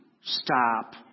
stop